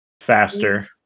Faster